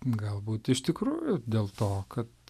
galbūt iš tikrųjų dėl to kad